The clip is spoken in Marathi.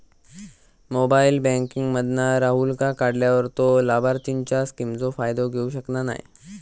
मोबाईल बॅन्किंग मधना राहूलका काढल्यार तो लाभार्थींच्या स्किमचो फायदो घेऊ शकना नाय